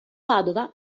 padova